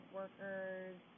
workers